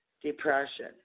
depression